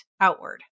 outward